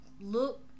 look